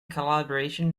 collaboration